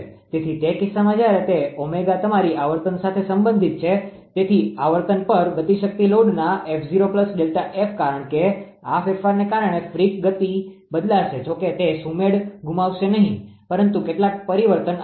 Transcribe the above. તેથી તે કિસ્સામાં જ્યારે તે ઓમેગા તમારી આવર્તન સાથે સંબંધિત છે તેથી આવર્તન પર ગતિશક્તિ લોડના કારણ કેઆ ફેરફારને કારણે ફ્રીક ગતિ બદલાશે જોકે તે સુમેળ ગુમાવશે નહીં પરંતુ કેટલાક પરિવર્તન આવશે